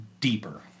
deeper